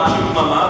לא שקט דממה,